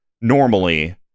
Normally